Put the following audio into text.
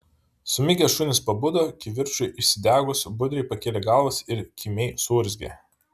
sumigę šunys pabudo kivirčui įsidegus budriai pakėlė galvas ir kimiai suurzgė